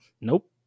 Nope